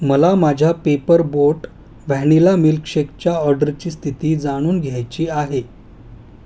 मला माझ्या Paper Boat vanilla मिल्कशेकच्या ऑर्डरची स्थिती जाणून घ्यायची आहे